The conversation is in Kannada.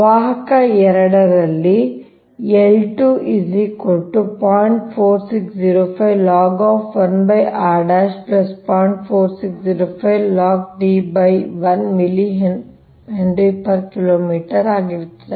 ವಾಹಕ 2 ರಲ್ಲಿ ಆಗಿರುತ್ತದೆ